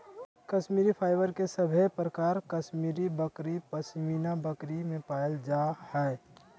Kashmiri fibre के सभे प्रकार कश्मीरी बकरी, पश्मीना बकरी में पायल जा हय